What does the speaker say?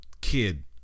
kid